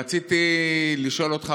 רציתי לשאול אותך,